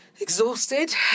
exhausted